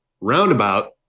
roundabout